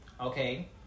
Okay